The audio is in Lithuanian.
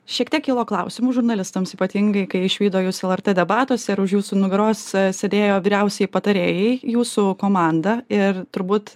šiek tiek kilo klausimų žurnalistams ypatingai kai išvydo jus lrt debatuose ir už jūsų nugaros sėdėjo vyriausieji patarėjai jūsų komanda ir turbūt